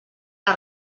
les